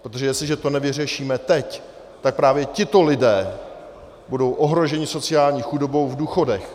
Protože jestliže to nevyřešíme teď, tak právě tito lidé budou ohroženi sociální chudobou v důchodech.